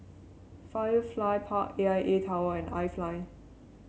Firefly Park A I A Tower and iFly